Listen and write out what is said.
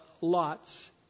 lots